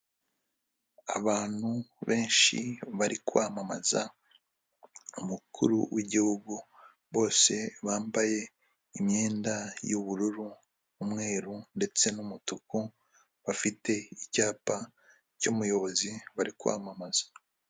Abantu benshi bari kwamamaza umukuru w'igihugu, bose bambaye imyenda y'ubururu umweru ndetse n'umutuku bafite icyapa cy'umuyobozi bari kwamamaza.